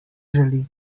želi